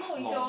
long